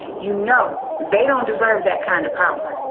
you know, they don't deserve that kind of power.